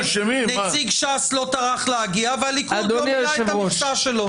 נציג ש"ס לא טרח להגיע והליכוד לא מילא את המכסה שלו.